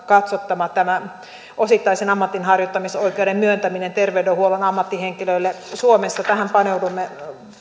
katsottava tämä osittaisen ammatinharjoittamisoikeuden myöntäminen terveydenhuollon ammattihenkilöille suomessa tähän paneudumme